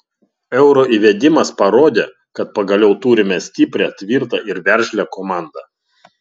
euro įvedimas parodė kad pagaliau turime stiprią tvirtą ir veržlią komandą